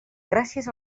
gràcies